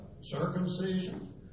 circumcision